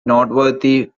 noteworthy